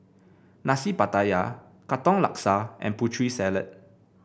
Nasi Pattaya Katong Laksa and Putri Salad